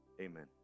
Amen